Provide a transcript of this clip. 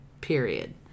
Period